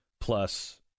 plus